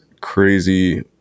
crazy